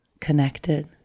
connected